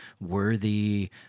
worthy